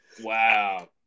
Wow